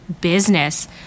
business